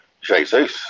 Jesus